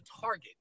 target